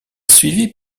suivie